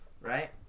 right